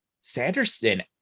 sanderson